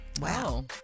Wow